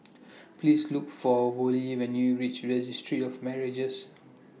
Please Look For Vollie when YOU REACH Registry of Marriages